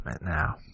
now